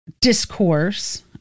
discourse